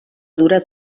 dura